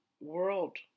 world